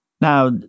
Now